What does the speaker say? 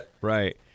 Right